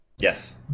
Yes